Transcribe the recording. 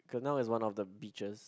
Glenelg is one of the beaches